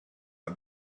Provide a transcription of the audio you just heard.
are